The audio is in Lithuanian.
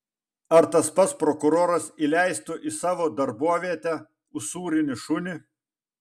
ar tas pats prokuroras įleistų į savo darbovietę usūrinį šunį